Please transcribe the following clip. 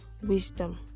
wisdom